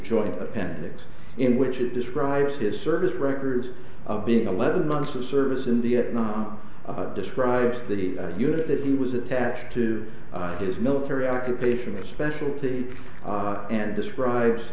joint appendix in which it describes his service records of being eleven months of service in vietnam describes the unit that he was attached to his military occupational specialty and describes